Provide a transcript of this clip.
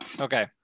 okay